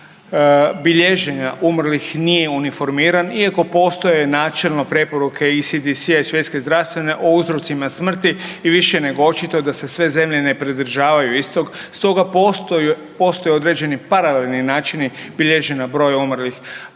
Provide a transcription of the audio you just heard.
bilježenja umrlih nije uniformiran iako postoje načelno preporuke ISDS-a i Svjetske zdravstvene o uzrocima smrti i više je nego očito da se sve zemlje ne pridržavaju istog. Stoga postoje određeni paralelni načini bilježenja broja umrlih.